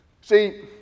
See